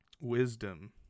Wisdom